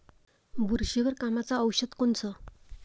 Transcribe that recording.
बुरशीवर कामाचं औषध कोनचं?